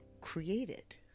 created